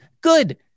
good